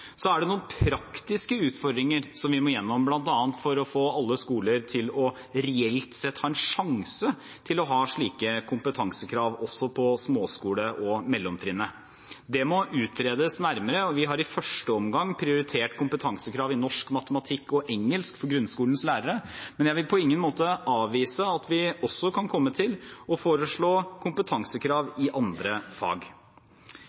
Så er det noen praktiske utfordringer som vi må igjennom, bl.a. for å få alle skoler til reelt sett å ha en sjanse til å ha slike kompetansekrav også på småskole- og mellomtrinnet. Det må utredes nærmere. Vi har i første omgang prioritert kompetansekrav i norsk, matematikk og engelsk for grunnskolens lærere, men jeg vil på ingen måte avvise at vi også kan komme til å foreslå kompetansekrav i andre fag.